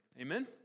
Amen